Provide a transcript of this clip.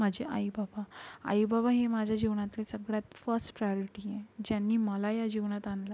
माझे आई बाबा आई बाबा हे माझ्या जीवनातील सगळ्यात फर्स्ट प्रायोरिटी आहे ज्यांनी मला या जीवनात आणलं